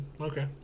okay